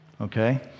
okay